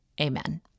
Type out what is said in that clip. Amen